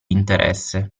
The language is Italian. interesse